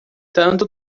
tanto